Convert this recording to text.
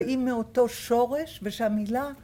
‫היא מאותו שורש, ושהמילה...